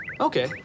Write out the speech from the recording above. Okay